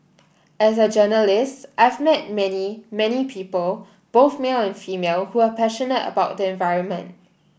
as a journalist I've met many many people both male and female who are passionate about the environment